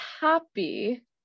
happy